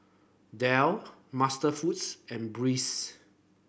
Dell MasterFoods and Breeze